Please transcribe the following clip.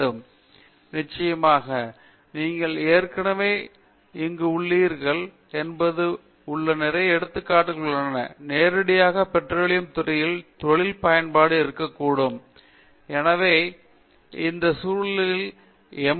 பேராசிரியர் பிரதாப் ஹரிதாஸ் சரி நிச்சயமாக நீங்கள் ஏற்கனவே அங்கு உள்ளீர்கள் என்பது பற்றி நிறைய எடுத்துக்காட்டுகள் உள்ளன நேரடியாக பெட்ரோலியம் துறைகளில் தொழில் நுட்ப பயன்பாடு இருக்கக்கூடும் எனவே இந்த சூழலில் எம்